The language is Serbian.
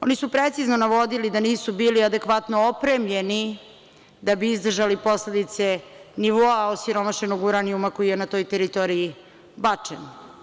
Oni su precizno navodili da nisu bili adekvatno opremljeni da bi izdržali posledice nivoa osiromašenog uranijuma koji je na toj teritoriji bačen.